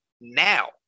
now